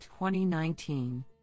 2019